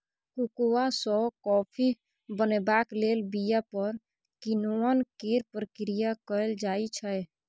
cocoa सँ coffee बनेबाक लेल बीया पर किण्वन केर प्रक्रिया कएल जाइ छै